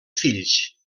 fills